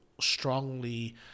strongly